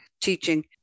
teaching